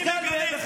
אני מגנה.